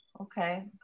Okay